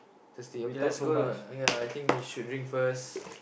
thirsty okay let's go ah ya I think we should drink first